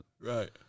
Right